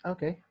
Okay